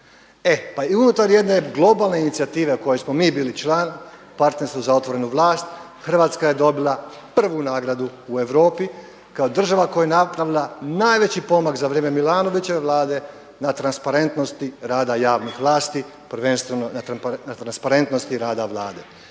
E pa i unutar jedne globalne inicijative koje smo i mi bili član Partnerstvo za otvorenu vlast Hrvatska je dobila prvu nagradu u Europi kao država koja je napravila najveći pomak za vrijeme Milanovićeve Vlade na transparentnosti rada javnih vlasti prvenstveno na transparentnosti rada Vlade.